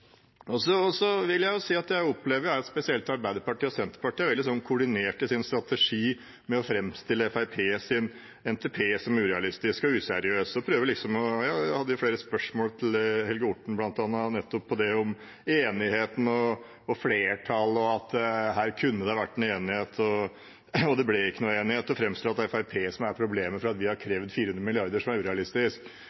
Så vil jeg si at jeg opplever at spesielt Arbeiderpartiet og Senterpartiet er veldig koordinerte i sin strategi med å framstille Fremskrittspartiets NTP som urealistisk og useriøs. De hadde jo flere spørsmål til Helge Orten, bl.a., nettopp om det med enigheten og flertallet og at det her kunne ha vært en enighet, og at det ikke ble noen enighet – og framstiller det som om det er Fremskrittspartiet som er problemet fordi vi har krevd 400 mrd. kr, som er urealistisk. For det første vil jeg si, én gang til, at 400 mrd. kr